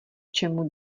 čemu